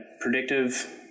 predictive